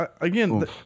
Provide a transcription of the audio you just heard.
Again